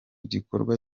gikorwa